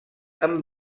amb